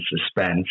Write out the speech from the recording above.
suspense